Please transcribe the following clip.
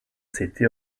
city